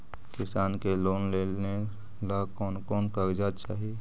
किसान के लोन लेने ला कोन कोन कागजात चाही?